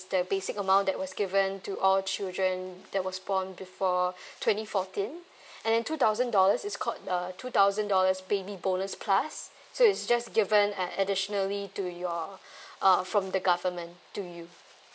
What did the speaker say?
the basic amount that was given to all children that was born before twenty fourteen and two thousand dollars is called uh two thousand dollars baby bonus plus so it's just given uh additionally to your uh from the government to you